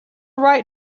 right